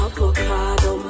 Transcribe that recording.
Avocado